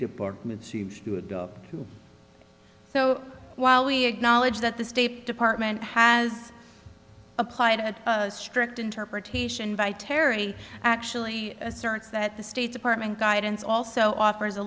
department seems to adopt so while we acknowledge that the state department has applied a strict interpretation by terry actually asserts that the state department guidance also offers a